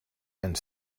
and